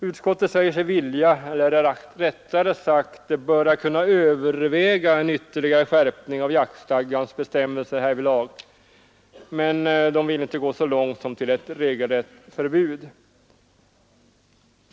Utskottet anser att man bör överväga en ytterligare skärpning av jaktstadgans bestämmelser härvidlag men vill inte gå så långt som till ett regelrätt förbud.